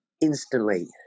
Instantly